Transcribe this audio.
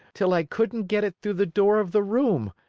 till i couldn't get it through the door of the room.